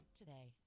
today